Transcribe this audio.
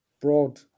broad